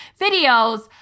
videos